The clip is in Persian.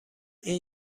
این